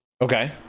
okay